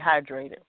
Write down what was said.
hydrated